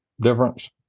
difference